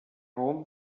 home